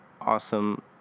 awesome